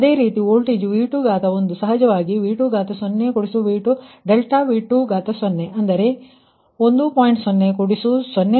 ಅದೇ ರೀತಿ voltage V2 ಸಹಜವಾಗಿ V2∆V2 ಅಂದರೆ 1